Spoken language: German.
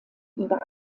über